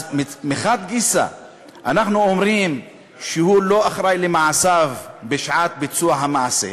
אז מחד גיסא אנחנו אומרים שהוא לא היה אחראי למעשיו בשעת ביצוע המעשה,